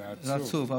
זה עצוב.